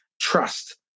trust